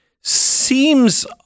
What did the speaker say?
seems –